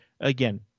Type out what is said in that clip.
again